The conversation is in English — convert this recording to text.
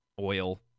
oil